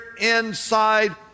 inside